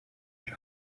long